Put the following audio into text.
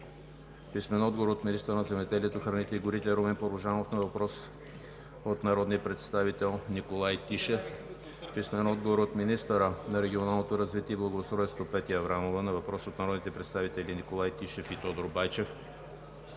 Клисурска; - министъра на земеделието, храните и горите – Румен Порожанов, на въпрос от народния представител Николай Тишев; - министъра на регионалното развитие и благоустройството – Петя Аврамова, на въпрос от народните представители Николай Тишев и Тодор Байчев;